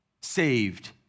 saved